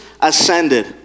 ascended